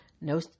no